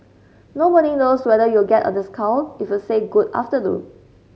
nobody knows whether you'll get a discount if you say good afternoon